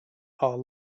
are